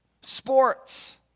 sports